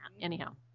Anyhow